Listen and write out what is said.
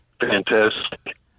fantastic